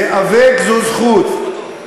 להיאבק זו זכות,